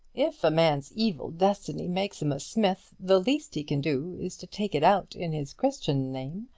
if a man's evil destiny makes him a smith, the least he can do is to take it out in his christian name.